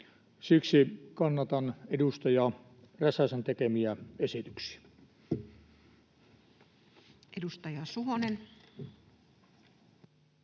Siksi kannatan edustaja Räsäsen tekemiä esityksiä.